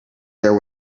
there